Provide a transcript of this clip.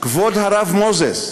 כבוד הרב מוזס,